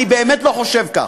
אני באמת לא חושב כך,